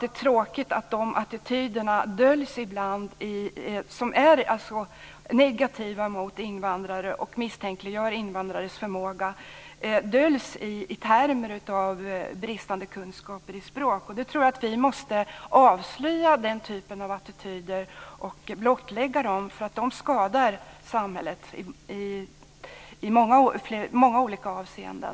Det är tråkigt att attityder som är negativa mot invandrare och som gör att invandrares förmåga misstänkliggörs ibland döljs i termer av bristande kunskaper i språk. Jag tror att vi måste avslöja den typen av attityder och blottlägga dem därför att de skadar samhället i många olika avseenden.